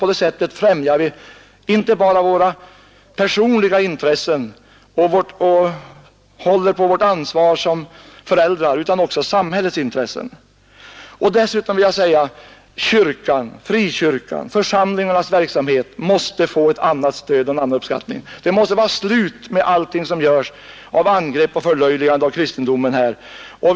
På det sättet främjar vi inte bara våra personliga intressen och håller på vårt ansvar som föräldrar utan vi främjar även samhällets intressen. Jag vill säga ytterligare en sak: kyrkan, frikyrkan och församlingarnas verksamhet måste få ett annat stöd och en annan uppskattning. Det måste bli slut på alla de angrepp och förlöjliganden som riktas mot kristendomen.